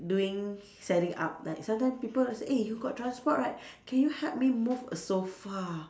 doing setting up like sometimes people like say eh you got transport right can you help me move a sofa